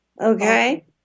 Okay